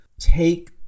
take